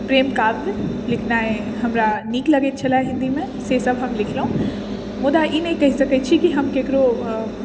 प्रेम काव्य लिखनाइ हमरा नीक लगैत छलै हिन्दीमे सेसभ हम लिखलहुँ मुदा ई नहि कहि सकैत छी कि हम ककरो